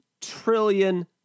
trillion